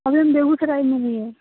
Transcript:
अभी हम बेगूसराय में ही हैं